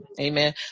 Amen